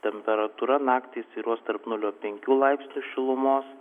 temperatūra naktį svyruos tarp nulio penkių laipsnių šilumos